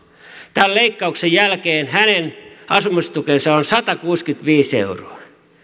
tämän leikkauksen jälkeen hänen asumistukensa on satakuusikymmentäviisi euroa